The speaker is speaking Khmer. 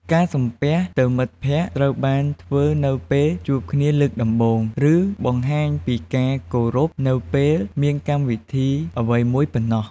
ការសំពះទៅមិត្តភក្តិត្រូវបានធ្វើនៅពេលជួបគ្នាលើកដំបូង ឬ បង្ហាញពីការគោរពនៅពេលមានកម្មវិធីអ្វីមួយប៉ុណ្ណោះ។